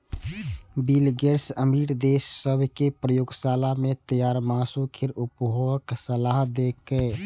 bill Gates अमीर देश सभ कें प्रयोगशाला मे तैयार मासु केर उपभोगक सलाह देलकैए